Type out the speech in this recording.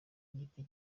igiti